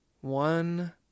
one